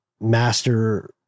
master